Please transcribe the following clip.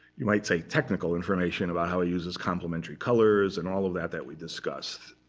you might say, technical information about how he uses complementary colors and all of that that we discussed.